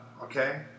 okay